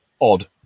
odd